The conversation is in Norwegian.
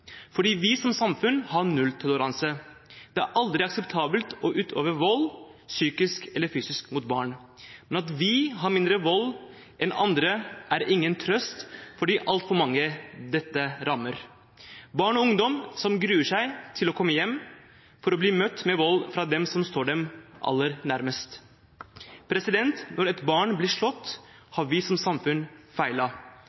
fordi vi som samfunn har nulltoleranse. Det er aldri akseptabelt å utøve vold, psykisk eller fysisk, mot barn. Men at det er mindre vold her enn andre steder, er ingen trøst for de altfor mange dette rammer, barn og ungdom som gruer seg til å komme hjem for å bli møtt med vold fra dem som står dem aller nærmest. Når et barn blir slått, har vi som samfunn